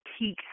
peak